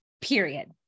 period